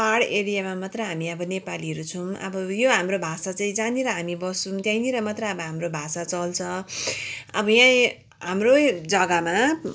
पहाड एरियामा मात्रै अब हामी नेपालीहरू छौँ अब यो हाम्रो भाषा चाहिँ जहाँनिर हामी बस्छौँ त्यहीँनिर मात्रै अब हाम्रो भाषा चल्छ अब यहि हाम्रै जग्गामा